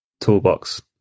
toolbox